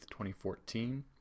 2014